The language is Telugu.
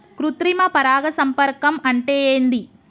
కృత్రిమ పరాగ సంపర్కం అంటే ఏంది?